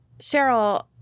Cheryl